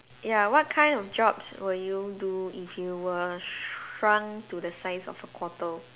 ya what kind of jobs will you do if you were shrunk to the size of a quarter